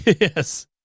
Yes